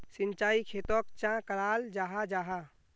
सिंचाई खेतोक चाँ कराल जाहा जाहा?